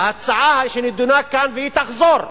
ההצעה שנדונה כאן, והיא תחזור,